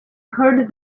heard